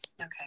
Okay